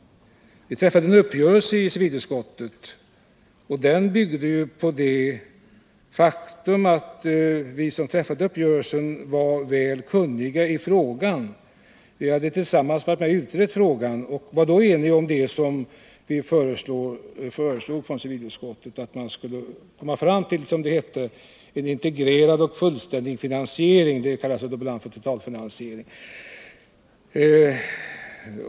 Vi träffade en uppgörelse i civilutskottet, och den byggde på det faktum att vi som träffade uppgörelsen var kunniga i frågan. Vi hade tillsammans varit med och utrett den, och vi blev sedan eniga om att civilutskottet skulle föreslå att man borde komma fram till en, som det hette, integrerad och fullständig finansiering — som ibland kallas en totalfinansiering.